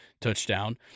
touchdown